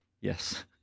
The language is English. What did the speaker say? Yes